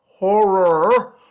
horror